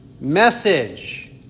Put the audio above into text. message